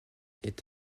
est